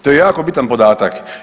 To je jako bitan podatak.